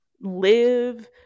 live